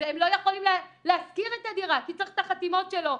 והם לא יכולים להפקיר את הדירה כי צריך את החתימות שלו.